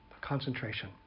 concentration